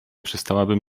przestałabym